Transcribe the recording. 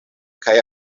kaj